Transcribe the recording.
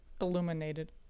illuminated